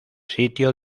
sitio